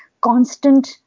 constant